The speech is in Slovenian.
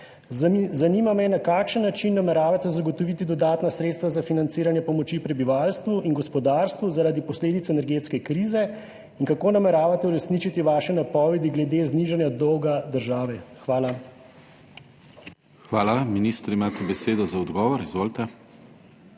Zanima me: Na kakšen način nameravate zagotoviti dodatna sredstva za financiranje pomoči prebivalstvu in gospodarstvu zaradi posledic energetske krize? Kako nameravate uresničiti vaše napovedi glede znižanja dolga države? Hvala. **PODPREDSEDNIK DANIJEL KRIVEC:** Hvala. Minister, imate besedo za odgovor. Izvolite.